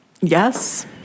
Yes